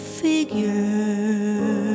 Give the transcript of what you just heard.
figure